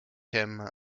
him